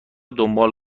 دنبال